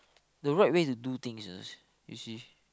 the right way to do things ah you see